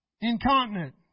Incontinent